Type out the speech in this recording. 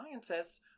scientists